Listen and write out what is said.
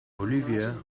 olivia